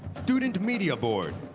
student media board,